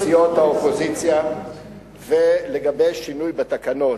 עם סיעות האופוזיציה ולגבש שינוי בתקנון.